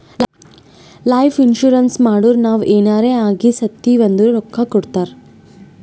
life insurance ಮಾಡುರ್ ನಾವ್ ಎನಾರೇ ಆಗಿ ಸತ್ತಿವ್ ಅಂದುರ್ ರೊಕ್ಕಾ ಕೊಡ್ತಾರ್